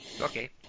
okay